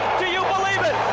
do you believe it!